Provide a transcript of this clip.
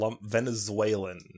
Venezuelan